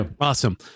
Awesome